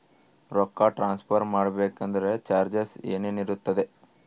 ರೊಕ್ಕ ಟ್ರಾನ್ಸ್ಫರ್ ಮಾಡಬೇಕೆಂದರೆ ಚಾರ್ಜಸ್ ಏನೇನಿರುತ್ತದೆ?